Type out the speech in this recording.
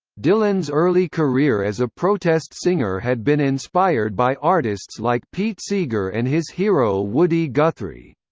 dylan's early career as a protest singer had been inspired by artists like pete seeger and his hero woody guthrie.